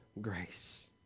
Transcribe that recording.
grace